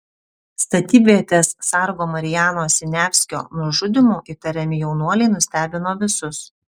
statybvietės sargo marijano siniavskio nužudymu įtariami jaunuoliai nustebino visus